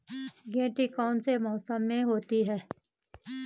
गेंठी कौन से मौसम में होती है?